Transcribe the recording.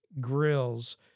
grills